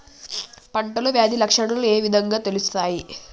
పంటలో వ్యాధి లక్షణాలు ఏ విధంగా తెలుస్తయి?